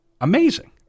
amazing